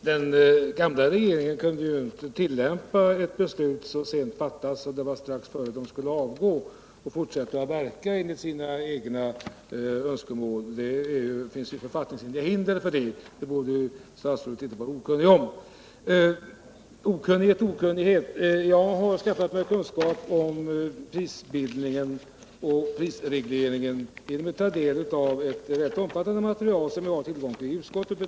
Herr talman! Den gamla regeringen kunde ju inte tillämpa ett beslut som fattades strax innan den skulle avgå och fortsätta att verka enligt sina egna önskemål. Det finns författningshinder för det. Det borde statsrådet Friggebo inte vara okunnig om. Okunnighet och okunnighet! Jag har skaffat mig kunskap om prisbildningen och prisregleringen genom att ta del av ett rätt omfattande material som vi har tillgång till i utskottet.